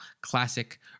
classic